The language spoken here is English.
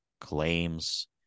claims